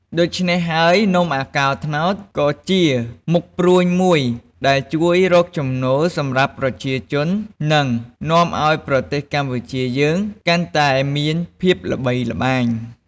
ដូច្នេះហើយនំអាកោត្នោត ក៏ជាមុខព្រួញមួយដែលជួយរកចំណូលសម្រាប់ប្រជាជន និងនាំឱ្យប្រទេសកម្ពុជាយើងកាន់តែមានភាពល្បីល្បាញ។